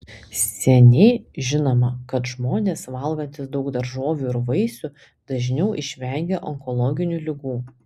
seniai žinoma kad žmonės valgantys daug daržovių ir vaisių dažniau išvengia onkologinių ligų